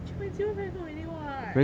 three point zero very good already [what]